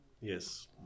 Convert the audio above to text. Yes